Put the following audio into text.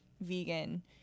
vegan